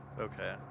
Okay